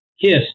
Kiss